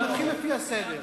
אני מתחיל לפי הסדר.